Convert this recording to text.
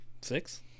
Six